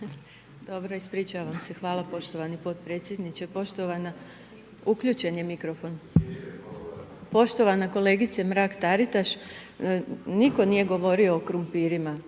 Dobro ispričavam se, hvala potpredsjedniče. Poštovana uključen je mikrofon, poštovana kolegice Mrak Taritaš, nitko nije govorio o krumpirima,